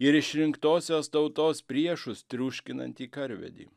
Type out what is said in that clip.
ir išrinktosios tautos priešus triuškinantį karvedį